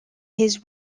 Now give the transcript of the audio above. his